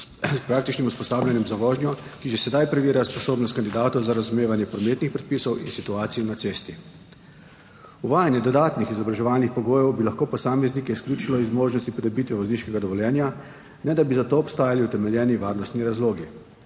in praktičnim usposabljanjem za vožnjo, ki že sedaj preverja sposobnost kandidatov za razumevanje prometnih predpisov in situacije na cesti. Uvajanje dodatnih izobraževalnih pogojev bi lahko posameznike izključilo iz možnosti pridobitve vozniškega dovoljenja, ne da bi za to obstajali utemeljeni varnostni razlogi.